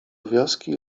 wioski